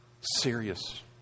Serious